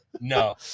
No